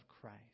Christ